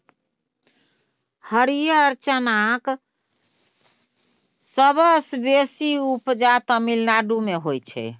हरियर चनाक सबसँ बेसी उपजा तमिलनाडु मे होइ छै